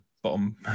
bottom